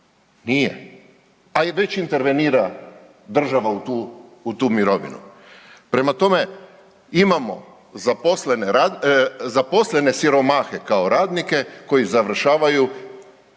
nije, a i već intervenira država u tu mirovinu. Prema tome, imamo zaposlene siromahe kao radnike koji završavaju